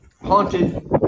haunted